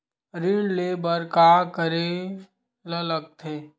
ऋण ले बर का करे ला लगथे?